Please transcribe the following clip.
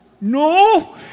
no